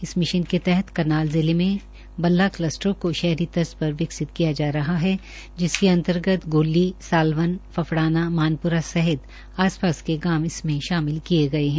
इस मिशन के तहत करनाल जिले में बल्ला क्लस्टर को शहरी तर्ज पर विकसित किया जा रहा है जिसके अंतर्गत गोल्ली सालवन फफड़ाना मानपुरा सहित आस पास के गांव इसमें शामिल किए गए हैं